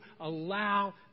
allow